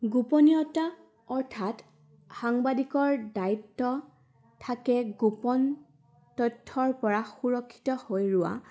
গোপনীয়তা অৰ্থাৎ সাংবাদিকৰ দ্বায়িত্ব থাকে গোপন তথ্যৰপৰা সুৰক্ষিত হৈ ৰোৱা